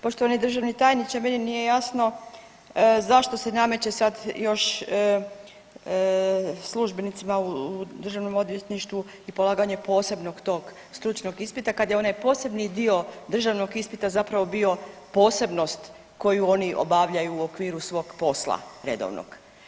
Poštovani državni tajniče, meni nije jasno, zašto se nameće sad još službenicima u Državnom odvjetništvu i polaganje posebnog tog stručnog ispita kad je onaj posebni dio državnog ispita zapravo bio posebnost koju oni obavljaju u okviru svog posla redovnog.